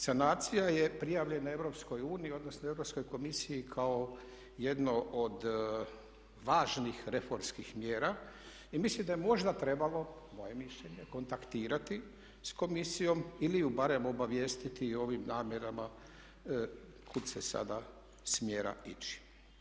Sanacija je prijavljena EU odnosno Europskoj komisiji kao jedno od važnih reformskih mjera i mislim da je možda trebalo, moje mišljenje kontaktirati sa Komisijom ili ju barem obavijestiti o ovim namjerama kud se sada smjera ići.